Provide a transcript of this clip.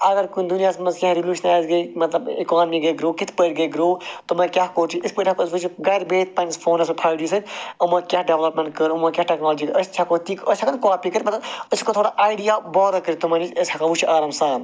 اگر کُنہِ دُنیاہَس مَنٛز کیٚنٛہہ ریٚولیٛوٗشَنٕز گٔیہِ مَطلَب اِکنامی گٔے گرو کِتھٕ پٲٹھۍ گٔے گرو تِمن کیٛاہ کوٚر چھُ یِتھٕ پٲٹھۍ ہیٚکو أسۍ وُچھِتھ گَرِ بِہِتھ پَنٕنِس فونَس پٮ۪ٹھ فایِو جی سۭتۍ یِمو کیٛاہ ڈیٚولَپمٮ۪نٛٹ کٔر یِمو کیٛاہ ٹٮ۪کنالجی أسۍ تہِ ہیٚکو تی أسۍ ہیٚکو نہٕ کاپی کٔرِتھ مَطلَب أسۍ ہیٚکو تھوڑا آیڈیا بارو کٔرِتھ تِمن نِش أسۍ ہٮ۪کو وُچھِتھ آرام سان